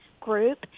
group